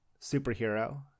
superhero